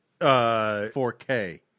4K